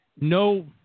no